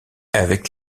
avec